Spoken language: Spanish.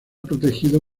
protegido